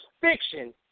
fiction